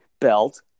belt